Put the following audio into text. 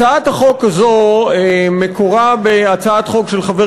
הצעת החוק הזו מקורה בהצעת חוק של חבר